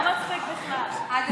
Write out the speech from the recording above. לא מצחיק בכלל.